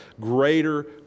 greater